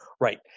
Right